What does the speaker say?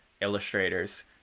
illustrators